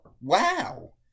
Wow